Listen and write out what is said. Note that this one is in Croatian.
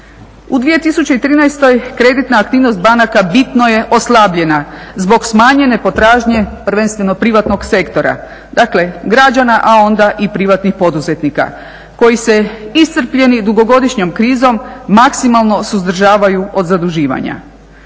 U 2013.kreditna aktivnost banaka bitno je oslabljena zbog smanjene potražnje, prvenstveno privatnog sektora, dakle, građana, a onda i privatnih poduzetnika koji se iscrpljeni dugogodišnjom krizom maksimalno suzdržavaju od zaduživanja.